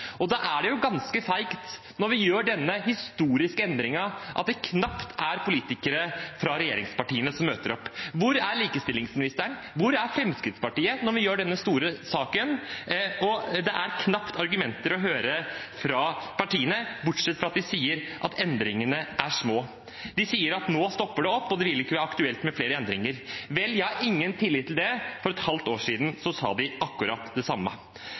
Europa. Da er det ganske feigt, når vi gjør denne historiske endringen, at det knapt er politikere fra regjeringspartiene som møter opp. Hvor er likestillingsministeren? Hvor er Fremskrittspartiet når vi diskuterer denne store saken, og det er knapt argumenter å høre fra partiene, bortsett fra at de sier at endringene er små. De sier at nå stopper det opp, og det vil ikke bli aktuelt med flere endringer. Vel, jeg har ingen tillit til det. For et halvt år siden sa de akkurat det samme.